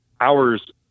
hours